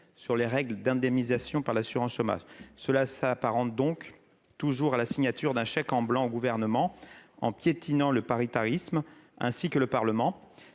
sur les règles d'indemnisation par l'assurance chômage, cela s'apparente donc toujours à la signature d'un chèque en blanc au gouvernement en piétinant le paritarisme, ainsi que le Parlement